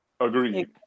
Agreed